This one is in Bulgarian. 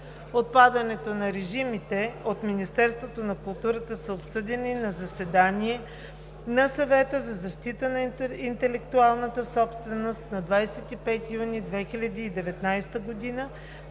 Отпадането на режимите от Министерството на културата са обсъдени на заседание на Съвета за защита на интелектуалната собственост на 25 юни 2019 г. и